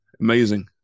Amazing